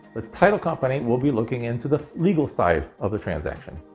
the title company we'll be looking into the legal side of the transaction.